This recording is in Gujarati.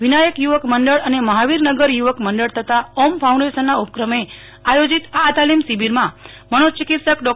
વિનાયક યુવક મંડળ અને મહાવરીનગર યુવક મંડળ તથા ઓમ ફાઉન્ડેશનના ઉપક્રમે આયોજીત આ તાલીમ શિબિરમાં મનોચિકિત્સક ડો